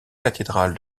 cathédrale